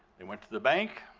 they went to the bank,